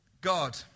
God